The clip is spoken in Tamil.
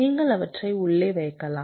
நீங்கள் அவற்றை உள்ளே வைக்கலாம்